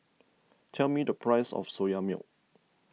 tell me the price of Soya Milk